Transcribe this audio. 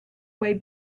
way